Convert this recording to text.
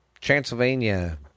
Transylvania